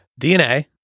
DNA